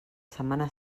setmana